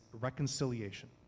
reconciliation